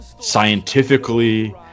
scientifically